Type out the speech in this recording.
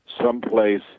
someplace